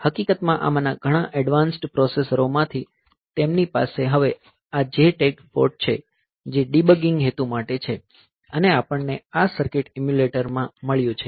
હકીકતમાં આમાંના ઘણા એડવાન્સ્ડ પ્રોસેસરોમાંથી તેમની પાસે હવે આ JTAG પોર્ટ છે જે ડિબગીંગ હેતુ માટે છે અને આપણને આ સર્કિટ ઇમ્યુલેટરમાં મળ્યું છે